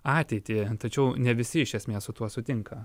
ateitį tačiau ne visi iš esmės su tuo sutinka